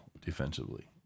defensively